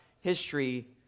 history